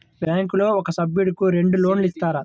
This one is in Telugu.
బ్యాంకులో ఒక సభ్యుడకు రెండు లోన్లు ఇస్తారా?